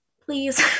please